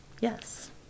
Yes